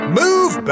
move